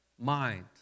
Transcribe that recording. mind